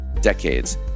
decades